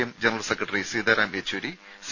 M general secretary Sitaram Yechury C